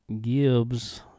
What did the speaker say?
Gibbs